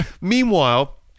Meanwhile